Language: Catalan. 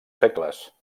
segles